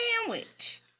sandwich